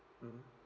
mm